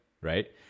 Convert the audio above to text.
right